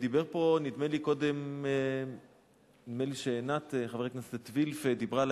נדמה לי שחברת הכנסת וילף דיברה על